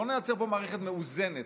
לא נייצר פה מערכת מאוזנת.